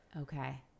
Okay